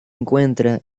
encuentra